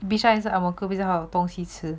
bishan 还是 ang mo kio 比较好东西吃